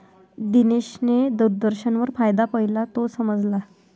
दिनेशने दूरदर्शनवर फायदा पाहिला, तो समजला